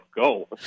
go